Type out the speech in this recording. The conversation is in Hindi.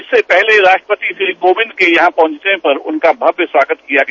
इससे पहले राष्ट्रपति श्री कोविंद के यहां पहुंचने पर उनका भव्य स्वागत किया गया